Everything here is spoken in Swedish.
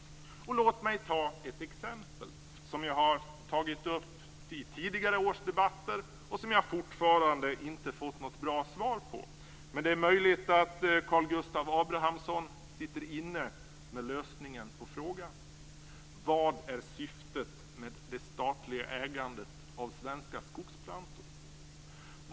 Låt mig ta ett exempel som jag har tagit upp vid tidigare års debatter och som jag fortfarande inte fått något bra svar på. Men det är möjligt att Karl Gustav Abramsson sitter inne med lösningen på frågan. Vad är syftet med det statliga ägandet av Svenska Skogsplantor AB?